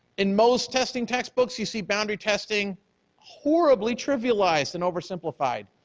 in most testing textbooks, you see boundary testing horribly trivialized and over simplified.